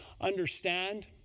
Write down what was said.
understand